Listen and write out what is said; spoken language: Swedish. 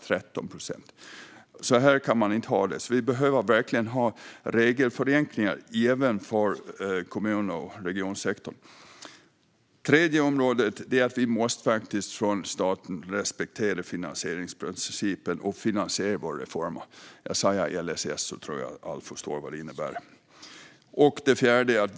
13 procent! Så kan de inte ha det. Vi behöver alltså regelförenklingar även för kommun och regionsektorn. Det tredje området är finansieringsprincipen. Vi från statens sida måste faktiskt respektera finansieringsprincipen och finansiera våra reformer. Om jag säger LSS tror jag att alla förstår vad jag menar. Det fjärde området är samarbetsavtalet.